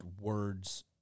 words